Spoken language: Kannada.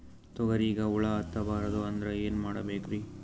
ತೊಗರಿಗ ಹುಳ ಹತ್ತಬಾರದು ಅಂದ್ರ ಏನ್ ಮಾಡಬೇಕ್ರಿ?